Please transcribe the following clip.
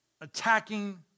attacking